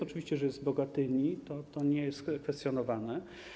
Oczywiście, że jest w Bogatyni, to nie jest kwestionowane.